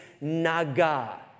naga